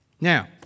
Now